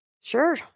Sure